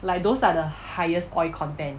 like those are the highest oil content